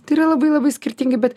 tai yra labai labai skirtingi bet